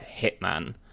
hitman